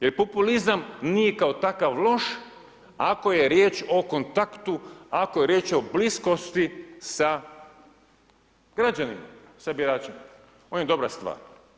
Jer populizam nije kao takav loš, ako je riječ o kontaktu, ako je riječ o bliskosti sa građanima sa biračima, on je dobra stvar.